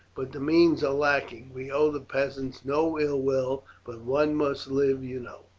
but the means are lacking. we owe the peasants no ill will, but one must live, you know.